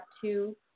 two